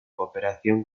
cooperación